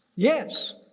yes.